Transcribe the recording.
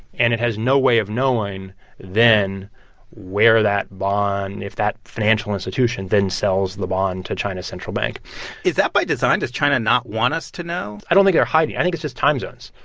and it has no way of knowing then where that bond if that financial institution then sells the bond to china's central bank is that by design? does china not want us to know? i don't think they're get hiding. i think it's just time zones.